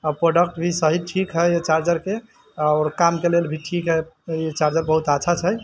आ प्रोडक्ट भी सही ठीक हइ चार्जरके आओर कामके लेल भी ठीक हइ चार्जर बहुत अच्छा छै